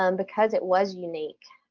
um because it was unique,